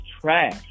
trash